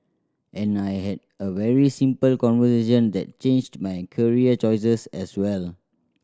and I had a very simple conversation that changed my career choices as well